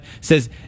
says